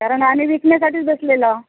कारण आम्ही विकण्यासाठीच बसलेलो आहे